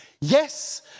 yes